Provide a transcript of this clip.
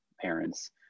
parents